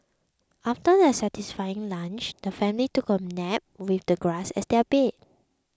after their satisfying lunch the family took a nap with the grass as their bed